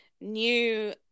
new